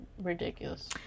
ridiculous